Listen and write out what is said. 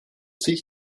sich